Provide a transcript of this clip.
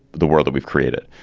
the world that we've created.